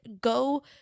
go